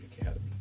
Academy